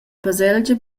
baselgia